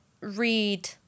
read